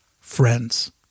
friends